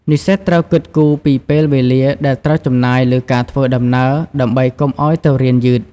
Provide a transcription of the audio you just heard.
និស្សិតត្រូវគិតគូរពីពេលវេលាដែលត្រូវចំណាយលើការធ្វើដំណើរ ដើម្បីកុំឱ្យទៅរៀនយឺត។